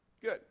Good